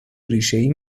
ریشهای